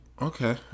Okay